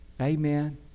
Amen